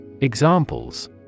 Examples